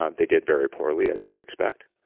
um they did very poorly, as you would expect.